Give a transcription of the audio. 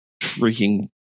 freaking